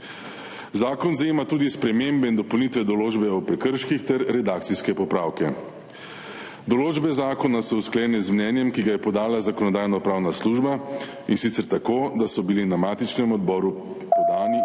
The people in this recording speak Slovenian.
Zakon zajema tudi spremembe in dopolnitve določbe o prekrških ter redakcijske popravke. Določbe zakona so usklajene z mnenjem, ki ga je podala Zakonodajno-pravna služba, in sicer tako, da so bili na matičnem odboru podani in sprejeti